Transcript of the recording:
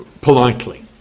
politely